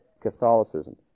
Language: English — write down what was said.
Catholicism